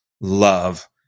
love